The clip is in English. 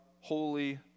holy